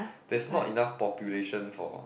there's not enough population for